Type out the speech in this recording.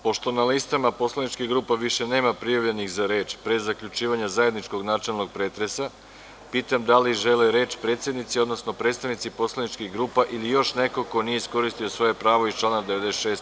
Pošto na listama poslaničkih grupa više nema prijavljenih za reč, pre zaključivanja zajedničkog načelnog pretresa, pitam da li žele reč predsednici, odnosno predstavnici poslaničkih grupa ili još neko ko nije iskoristio svoje pravo iz člana 96.